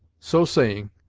so saying,